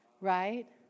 Right